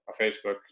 facebook